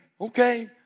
Okay